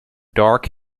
dark